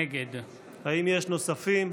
נגד האם יש נוספים?